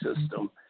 system